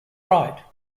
right